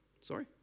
Sorry